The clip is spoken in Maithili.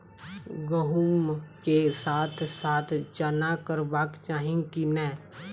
गहुम केँ साथ साथ चना करबाक चाहि की नै?